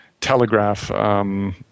telegraph